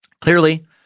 Clearly